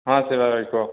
ହଁ ଶିବା ଭାଇ କୁହ